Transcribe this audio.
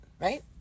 right